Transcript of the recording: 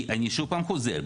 כי אני שוב פעם חוזר,